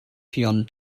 ffion